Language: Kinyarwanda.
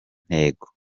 ntego